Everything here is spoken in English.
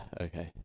Okay